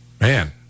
Man